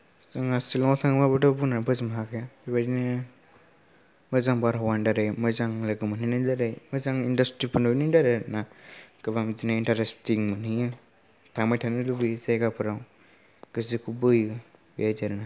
जोंना शिलङाव थांबाबोथ' बुंनानै फोजोबनो हाखाया बेबायदिनो मोजां बारहावानि दारै मोजां रोखोमहैनो जेरै मोजां इन्दास्ट्रिफोरनि दारै ना गोबां बिदिनो इन्टारेस्टिं मोनहैयो थांबाय थानो लुबैयो जायगाफोराव गोसोखौ बोयो बेबायदि आरो ना